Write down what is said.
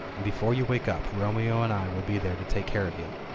and before you wake up romeo and i will be there to take care of you.